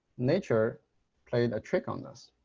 nature played a trick on us.